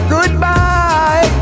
Goodbye